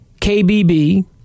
KBB